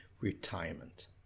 retirement